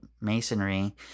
masonry